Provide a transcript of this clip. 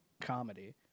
comedy